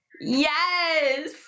Yes